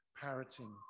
parroting